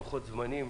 לוחות זמנים,